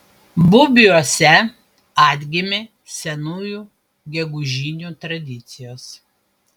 bubiuose atgimė senųjų gegužinių tradicijos